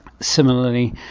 Similarly